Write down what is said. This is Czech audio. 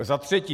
Za třetí.